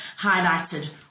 highlighted